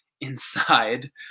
inside